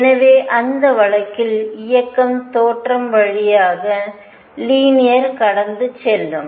எனவே அந்த வழக்கில் இயக்கம் தோற்றம் வழியாக லீனியர் கடந்து செல்லும்